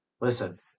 listen